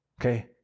Okay